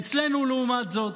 אצלנו, לעומת זאת,